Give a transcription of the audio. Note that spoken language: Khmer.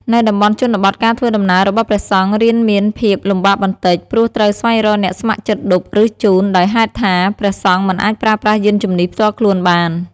នៅតំបន់ជនបទការធ្វើដំណើររបស់ព្រះសង្ឃរៀងមានភាពលំបាកបន្តិច ព្រោះត្រូវស្វែងរកអ្នកស្ម័គ្រចិត្តឌុប ឬ ជូន ដោយហេតុថាព្រះសង្ឃមិនអាចប្រើប្រាស់យានជំនិះផ្ទាល់ខ្លួនបាន។